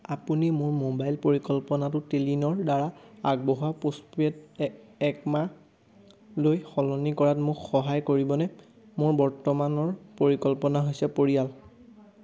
আপুনি মোৰ মোবাইল পৰিকল্পনাটো টেলিনৰদ্বাৰা আগবঢ়োৱা পোষ্টপেইড এক মাহলৈ সলনি কৰাত মোক সহায় কৰিবনে মোৰ বৰ্তমানৰ পৰিকল্পনা হৈছে পৰিয়াল